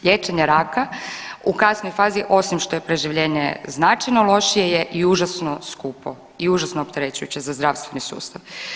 Liječenje raka u kasnijoj fazi osim što je preživljenje značajno lošije je i užasno skupo i užasno opterećujuće za zdravstveni sustav.